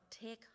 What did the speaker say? take